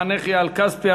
המחנך אייל כספי,